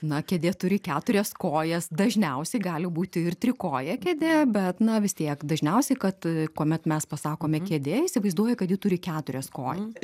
na kėdė turi keturias kojas dažniausiai gali būti ir trikojė kėdė bet na vis tiek dažniausiai kad kuomet mes pasakome kėdė įsivaizduoji kad ji turi keturias kojas